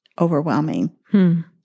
overwhelming